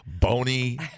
bony